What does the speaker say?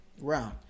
round